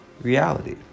reality